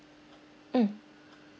mm